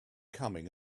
coming